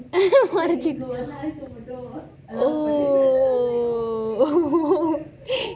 oh oh oh oh